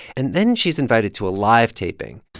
and then she's invited to a live taping.